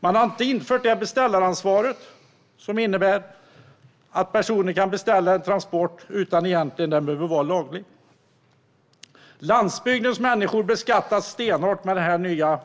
Man har inte infört beställaransvar, vilket innebär att personer kan beställa en transport utan att den behöver vara laglig. Landsbygdens människor beskattas stenhårt med den nya